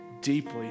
deeply